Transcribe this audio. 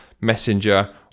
Messenger